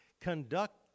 Conduct